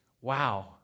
wow